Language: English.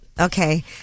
okay